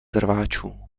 rváčů